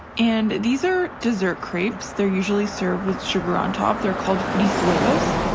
and these are dessert crepes. they're usually served with sugar on top. they're called frisuelos.